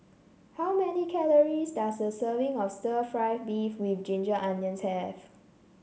how many calories does a serving of stir fry beef with Ginger Onions have